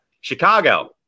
Chicago